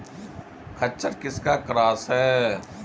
खच्चर किसका क्रास है?